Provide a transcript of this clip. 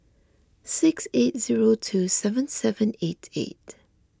six eight zero two seven seven eight eight